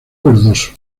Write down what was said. verdoso